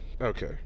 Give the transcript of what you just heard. Okay